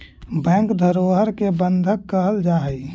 bank धरोहर के बंधक कहल जा हइ